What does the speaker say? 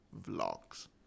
vlogs